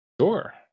Sure